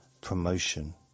promotion